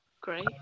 Great